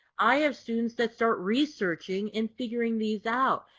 i have students that start researching and figuring these out.